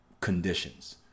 Conditions